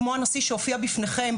כמו הנשיא שהופיע בפניכם,